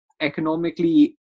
economically